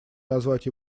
назвать